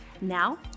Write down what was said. Now